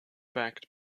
backed